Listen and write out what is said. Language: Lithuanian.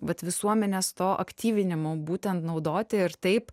vat visuomenės to aktyvinimo būtent naudoti ir taip